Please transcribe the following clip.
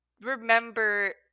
remember